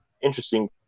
Interesting